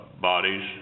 bodies